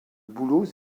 bouleaux